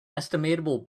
estimable